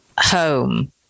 home